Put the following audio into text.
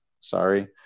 Sorry